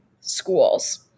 schools